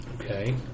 Okay